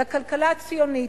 אלא כלכלה ציונית,